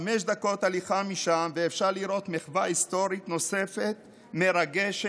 חמש דקות הליכה משם אפשר לראות מחווה היסטורית נוספת מרגשת,